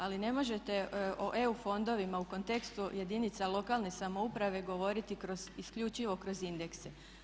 Ali ne možete o EU fondovima u kontekstu jedinica lokalne samouprave govoriti kroz isključivo kroz indekse.